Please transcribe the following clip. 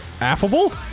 affable